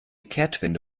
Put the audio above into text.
kehrtwende